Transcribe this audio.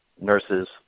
nurses